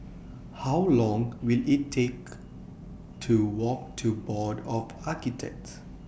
How Long Will IT Take to Walk to Board of Architects